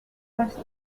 pursue